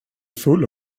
full